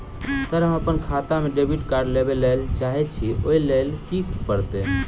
Sir हम अप्पन खाता मे डेबिट कार्ड लेबलेल चाहे छी ओई लेल की परतै?